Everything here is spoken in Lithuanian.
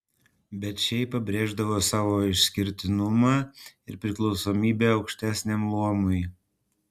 bet šiaip pabrėždavo savo išskirtinumą ir priklausomybę aukštesniam luomui